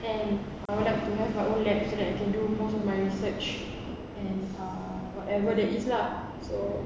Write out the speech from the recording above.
and I would like to have my own lab so that I can do most of my research and ah whatever there is lah so